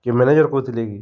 କିଏ ମ୍ୟାନେଜର୍ କହୁଥିଲେ କି